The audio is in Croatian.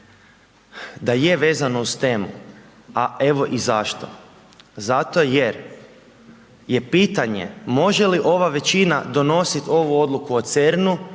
da je vezano uz temu, a evo i zašto. Zato jer je pitanje može li ova većina donositi ovu odluku o CERN-u